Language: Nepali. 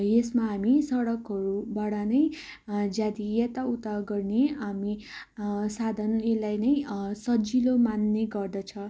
यसमा हामी सडकहरूबाट नै जति यता उता गर्ने हामी साधन यसलाई नै सजिलो मान्ने गर्दछ